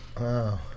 Wow